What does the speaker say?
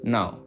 Now